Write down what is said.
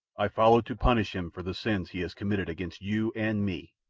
i follow to punish him for the sins he has committed against you and me.